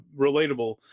relatable